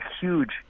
huge